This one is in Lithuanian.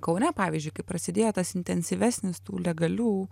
kaune pavyzdžiui kai prasidėjo tas intensyvesnis tų legalių